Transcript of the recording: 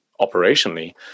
operationally